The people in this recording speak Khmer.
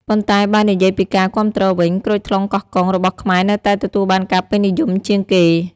ប៉ុន្តែបើនិយាយពីការគាំទ្រវិញ ក្រូចថ្លុងកោះកុង របស់ខ្មែរនៅតែទទួលបានការពេញនិយមជាងគេ។